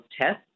tests